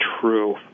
true